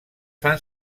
fan